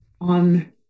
on